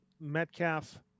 metcalf